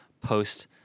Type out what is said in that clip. post